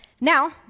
Now